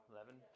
Eleven